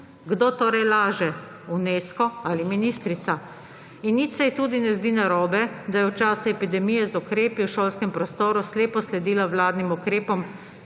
Kdo torej laže, Unesco ali ministrica? In nič se ji tudi ne zdi narobe, da je v času epidemije z ukrepi v šolskem prostoru slepo sledila vladnim ukrepom,